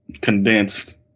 condensed